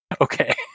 Okay